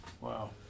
Wow